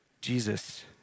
Jesus